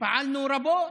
שפעלנו רבות,